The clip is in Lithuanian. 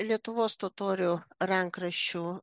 lietuvos totorių rankraščių